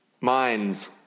Mines